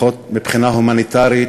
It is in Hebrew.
לפחות מבחינה הומניטרית,